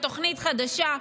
בתוכנית חדשה,